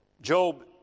Job